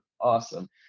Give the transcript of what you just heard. awesome